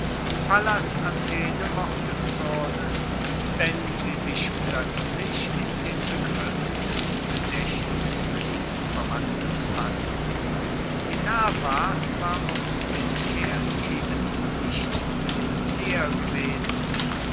pallas athene mochte zürnen wenn sie sich plötzlich in den begriff des gedächtnisses verwandelt fand minerva war auch bisher eben nicht viel mehr gewesen